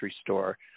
store